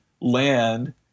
land